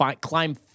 Climb